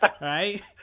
Right